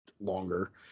Longer